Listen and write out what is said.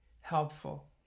helpful